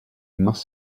must